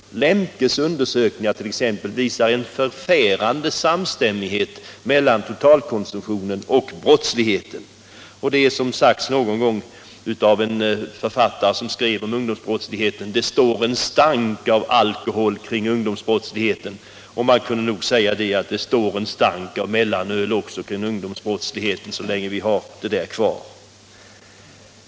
Lemkes undersökningar visar t.ex. en förfärande samstämmighet mellan totalkonsumtionen och brottsligheten. Och det är som en författare en gång skrev: Det står en stank av alkohol kring ungdomsbrottsligheten. Man kan nog säga att det också står en stank av mellanöl kring ungdomsbrottsligheten så länge vi har mellanölet kvar.